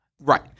right